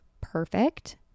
perfect